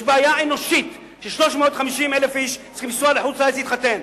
יש בעיה אנושית ש-350,000 איש צריכים לנסוע לחו"ל כדי להתחתן.